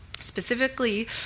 Specifically